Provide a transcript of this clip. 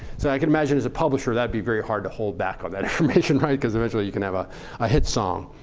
so i can imagine as a publisher that would be very hard to hold back on that information because eventually you can have ah a hit song,